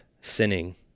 sinning